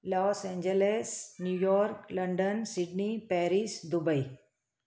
loss Angeles New York London Sydney Paris Dubai